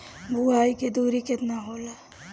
बुआई के दूरी केतना होला?